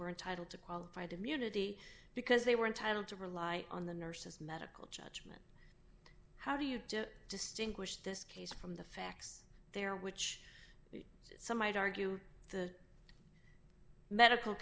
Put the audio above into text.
were entitled to qualified immunity because they were entitled to rely on the nurses medical judgment how do you distinguish this case from the facts there which some might argue the medical